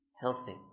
healthy